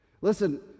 Listen